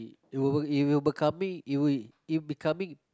it will it will be coming it will it will be coming